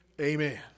amen